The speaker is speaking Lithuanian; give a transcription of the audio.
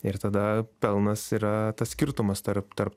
ir tada pelnas yra tas skirtumas tarp tarp